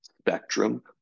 spectrum